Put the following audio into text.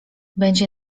będzie